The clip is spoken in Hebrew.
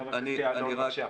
חבר הכנסת יעלון, בבקשה.